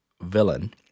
villain